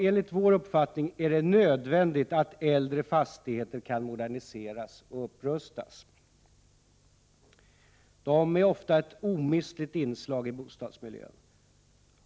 Enligt vår uppfattning är det nödvändigt att äldre fastigheter kan moderniseras och upprustas. De är ofta ett omistligt inslag i bostadsmiljön.